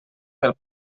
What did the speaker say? del